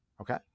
Okay